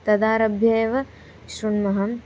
तदारभ्य एव शृण्मः